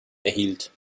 erhielt